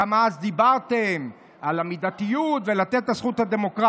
כמה דיברתם אז על המידתיות ועל לתת את הזכות הדמוקרטית.